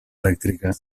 elèctrica